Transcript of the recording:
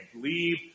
Leave